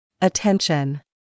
Attention